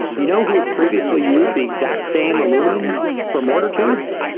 you know who would previously use the exact same aluminum for mortar tubes?